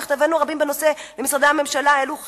מכתבינו הרבים בנושא למשרדי הממשלה העלו חרס.